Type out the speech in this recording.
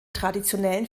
traditionellen